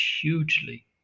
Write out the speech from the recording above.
hugely